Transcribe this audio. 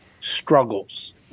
struggles